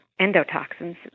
endotoxins